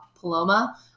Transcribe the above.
Paloma